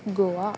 Goa